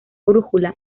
brújula